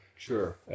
Sure